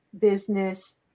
business